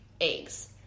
eggs